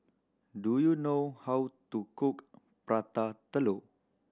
do you know how to cook Prata Telur